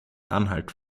anhalt